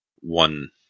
one